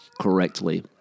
correctly